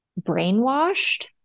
brainwashed